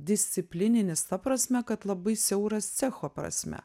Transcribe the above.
disciplininis ta prasme kad labai siauras cecho prasme